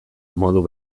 modu